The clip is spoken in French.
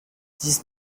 dix